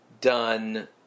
done